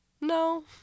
No